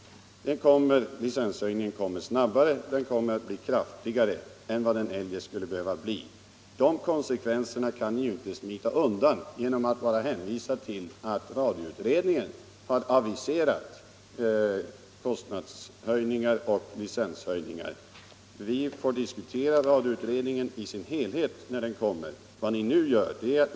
Licenshöjningen kommer snabbare och den kommer att bli kraftigare än den eljest skulle behöva bli. De konsekvenserna kan ni inte smita undan genom att bara hänvisa till att radioutredningen har aviserat kostnadshöjningar och licenshöjningar. Vi får diskutera radioutredningens betänkande i dess helhet när det läggs fram.